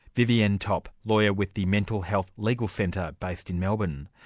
vivienne topp, lawyer with the mental health legal centre based in melbourne.